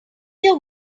their